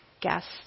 guests